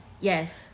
yes